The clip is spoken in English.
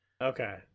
Okay